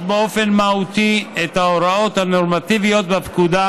באופן מהותי את ההוראות הנורמטיביות בפקודה,